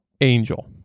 angel